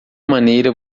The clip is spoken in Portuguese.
maneira